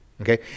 Okay